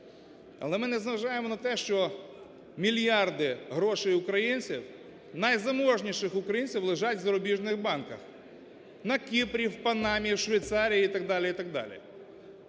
Але ми не заважаємо на те, що мільярди грошей українців, найзаможніших українців лежать в зарубіжних банках на Кіпрі, в Панамі, в Швейцарії і так далі,